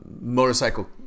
motorcycle